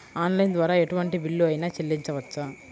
Online ద్వారా ఎటువంటి bill అయినా చెల్లించవచ్చా?